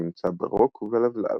הנמצא ברוק ובלבלב.